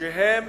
שהם